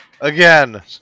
Again